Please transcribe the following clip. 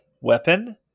weapon